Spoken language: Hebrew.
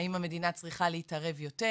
האם המדינה צריכה להתערב יותר?